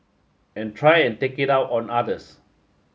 and try and take it out on others